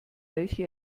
welche